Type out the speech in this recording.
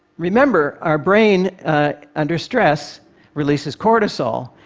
remember, our brain under stress releases cortisol,